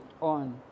on